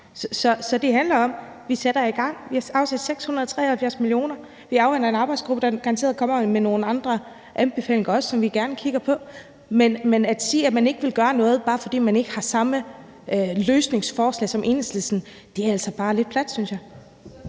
Så det handler om, at vi sætter i gang. Vi har afsat 673 mio. kr. Vi afventer en arbejdsgruppe, der garanteret kommer med nogle andre anbefalinger, som vi også gerne vil kigge på. Men at sige, at man ikke vil gøre noget, bare fordi man ikke har samme løsningsforslag som Enhedslisten, er altså bare lidt plat, synes jeg.